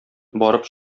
барып